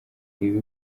ibi